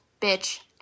bitch